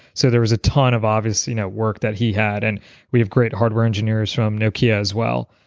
so there was a ton of obviously you know work that he had, and we have great hardware engineers from nokia as well.